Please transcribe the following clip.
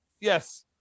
Yes